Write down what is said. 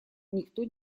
никто